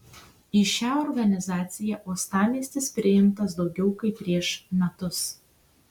į šią organizaciją uostamiestis priimtas daugiau kaip prieš metus